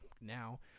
now